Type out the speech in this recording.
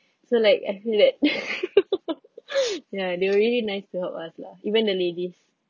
so like I feel that ya they were really nice to help us lah even the ladies